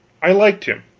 i liked him,